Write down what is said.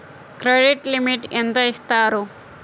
Credit limit ఎంత ఇస్తారు?